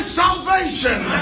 salvation